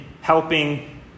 helping